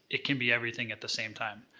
it can be everything at the same time.